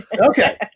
Okay